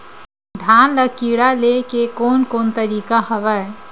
धान ल कीड़ा ले के कोन कोन तरीका हवय?